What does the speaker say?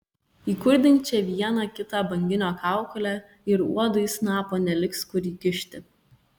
įkurdink čia vieną kitą banginio kaukolę ir uodui snapo neliks kur įkišti